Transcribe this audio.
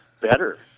better